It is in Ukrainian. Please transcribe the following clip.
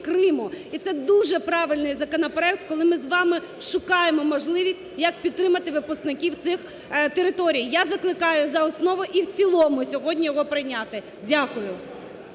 І це дуже правильний законопроект, коли ми з вами шукаємо можливість як підтримати випускників цих територій. Я закликаю за основу і в цілому сьогодні його прийняти. Дякую.